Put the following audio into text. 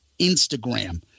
Instagram